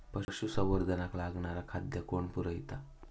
पशुसंवर्धनाक लागणारा खादय कोण पुरयता?